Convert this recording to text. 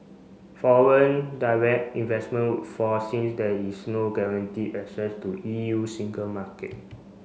foreign direct investment would fall since there is no guaranteed access to E U single market